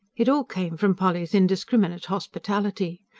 it all came from polly's indiscriminate hospitality.